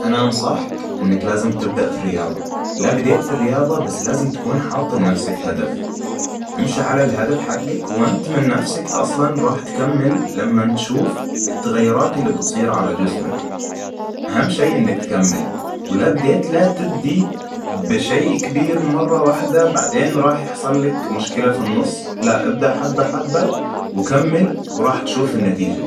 أنا أنصحك إنك لازم تبدأ في الرياضة. لا بديت في الرياضة بس لازم تكون حاط لنفسك هدف. إمشي على الهدف حقك وإنت من نفسك اصلاً راح تكمل لمن تشوف التغيرات اللي بتصير على جسمك. أهم شي إنك تكمل ولا بديت لا تبدي بشيء كبير مره واحدة بعدين راح يحصل لك مشكلة في النص. لا إبدأ حبة حبة وكمل وراح تشوف النتيجة